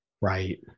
Right